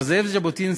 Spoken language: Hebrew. מר זאב ז'בוטינסקי,